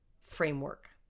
framework